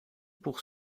pour